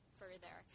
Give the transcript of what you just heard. further